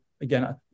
again